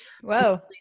Whoa